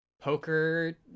poker